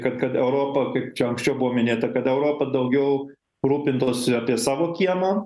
kad kad europa kaip čia anksčiau buvo minėta kad europa daugiau rūpintųsi apie savo kiemą